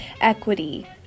equity